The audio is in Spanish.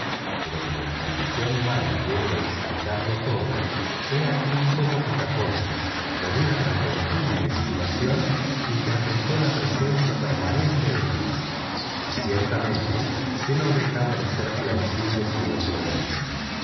pero como la condición humana quiere explicarlo todo he aquí cómo picaporte por una repentina inspiración interpretó la presencia permanente de fix y ciertamente que no dejaba de ser plausible su ocurrencia